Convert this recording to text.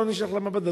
לא נשלח למעבדה.